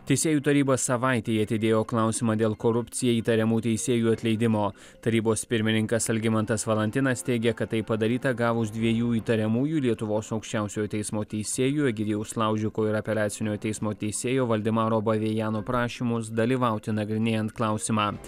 teisėjų taryba savaitei atidėjo klausimą dėl korupcija įtariamų teisėjų atleidimo tarybos pirmininkas algimantas valantinas teigia kad tai padaryta gavus dviejų įtariamųjų lietuvos aukščiausiojo teismo teisėjų egidijaus laužiko ir apeliacinio teismo teisėjo valdemaro bavėjano prašymus dalyvauti nagrinėjant klausimą